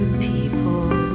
people